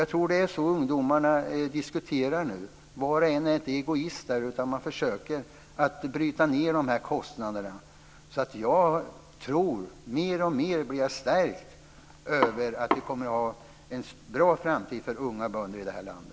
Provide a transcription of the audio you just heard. Jag tror att det är så ungdomarna numera diskuterar. Var och en är inte egoist, utan man försöker bryta ned kostnaderna. Mer och mer stärks jag i min tro att framtiden kommer att bli bra för unga bönder i det här landet.